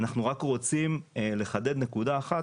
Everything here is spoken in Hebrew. אנחנו רק רוצים לחדד נקודה אחת,